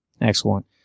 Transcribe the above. Excellent